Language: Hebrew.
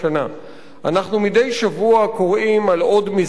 אנחנו מדי שבוע קוראים על עוד מסגד שהותקף.